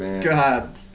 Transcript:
God